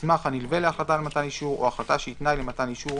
מסמך הנלווה להחלטה על מתן אישור או החלטה שהיא תנאי למתן אישור,